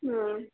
ಊಂ